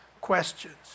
questions